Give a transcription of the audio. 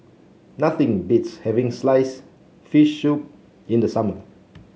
nothing beats having slice fish soup in the summer